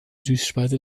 süßspeise